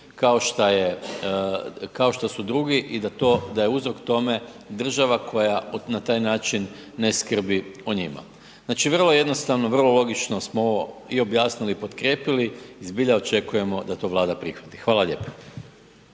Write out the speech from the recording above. kao što su drugi i da to, da je uzrok tome država koja na taj način ne skrbi o njima. Znači vrlo jednostavno, vrlo logično smo ovo i objasnili i potkrijepili i zbilja očekujemo da to Vlada prihvati. Hvala lijepo.